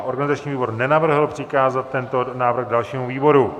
Organizační výbor nenavrhl přikázat tento návrh dalšímu výboru.